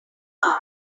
bath